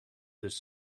this